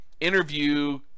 Interview